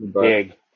Big